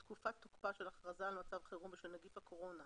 בתקופת תוקפה של הכרזה על מצב חירום בשל נגיף הקורונה